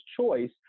choice